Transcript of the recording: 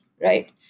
right